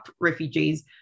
refugees